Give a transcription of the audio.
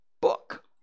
book